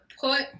put